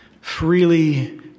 freely